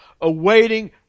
awaiting